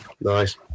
nice